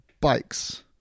bikes